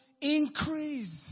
increase